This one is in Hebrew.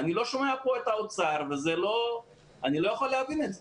אני לא שומע כאן את האוצר ואני לא יכול להבין את זה.